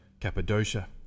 Cappadocia